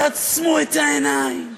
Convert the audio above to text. תעצמו את העיניים,